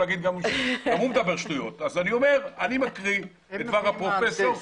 אני מקריא את דבר הפרופסור.